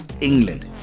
England